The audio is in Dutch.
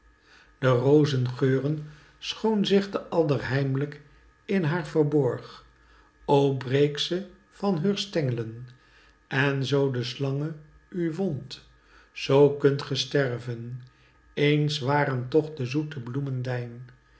de rozen geuren schoon zich de adder heimlijk in haar verborg o breek ze van heur stenglen en zoo de slange u wondt zoo kunt ge sterven eens waren toch de zoete